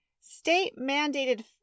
State-mandated